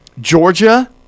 Georgia